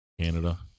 Canada